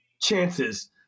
chances